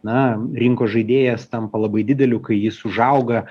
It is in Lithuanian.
na rinkos žaidėjas tampa labai dideliu kai jis užauga